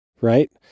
right